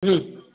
हं